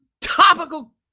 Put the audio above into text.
topical